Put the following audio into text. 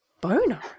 boner